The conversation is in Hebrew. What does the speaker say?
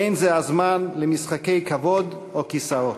אין זה הזמן למשחקי כבוד או כיסאות.